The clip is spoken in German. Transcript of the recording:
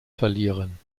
verlieren